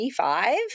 35